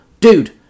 Dude